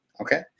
okay